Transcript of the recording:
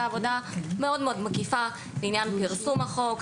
עבודה מאוד מקיפה לעניין פרסום החוק,